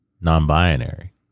non-binary